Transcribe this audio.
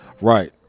Right